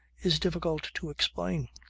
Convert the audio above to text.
is difficult to explain.